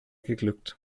geglückt